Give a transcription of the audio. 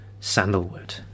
sandalwood